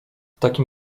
takim